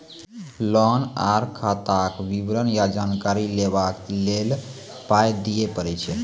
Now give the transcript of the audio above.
Loan आर खाताक विवरण या जानकारी लेबाक लेल पाय दिये पड़ै छै?